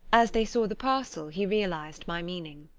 as they saw the parcel he realised my meaning.